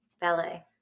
Ballet